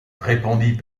répondit